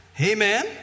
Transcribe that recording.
Amen